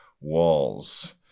Walls